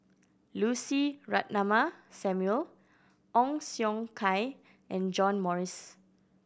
Lucy Ratnammah Samuel Ong Siong Kai and John Morrice